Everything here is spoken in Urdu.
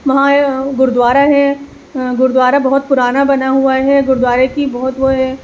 وہاں گردوارا ہے گردوارا بہت پرانا بنا ہوا ہے گردوارے کی بہت وہ ہے